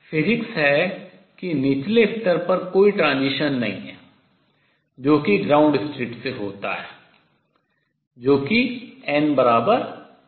Physics है कि निचले स्तर पर कोई transition संक्रमण नहीं है जो कि ground state आद्य अवस्था से होता है जो कि n 0 है